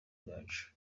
bwacu